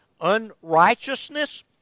unrighteousness